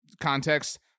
context